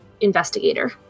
investigator